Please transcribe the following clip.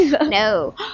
No